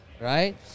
right